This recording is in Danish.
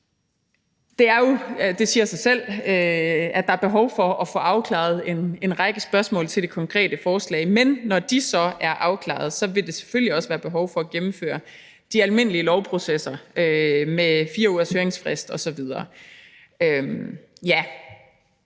det siger sig selv – behov for at få afklaret en række spørgsmål til det konkrete forslag. Men når de så er afklaret, vil der selvfølgelig også være behov for at gennemføre de almindelige lovprocesser med 4 ugers høringsfrist osv.